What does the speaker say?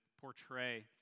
portray